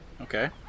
Okay